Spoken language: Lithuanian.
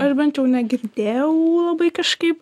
aš bent jau negirdėjau labai kažkaip